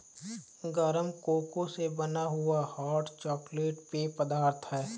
गरम कोको से बना हुआ हॉट चॉकलेट पेय पदार्थ है